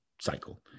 cycle